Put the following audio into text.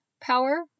power